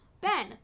Ben